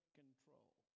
control